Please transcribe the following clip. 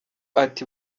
ati